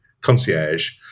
concierge